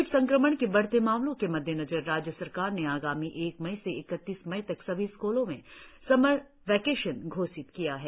Covid संक्रमण के बढ़ते मामलों के मद्देनजर राज्य सरकार ने आगामी एक मई से इकतीस मई तक सभी स्कूलो में समर वेकेसन घोषित किया है